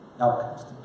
outcast